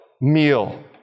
meal